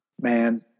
man